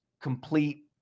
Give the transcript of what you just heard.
complete